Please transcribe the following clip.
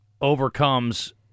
overcomes